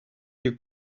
you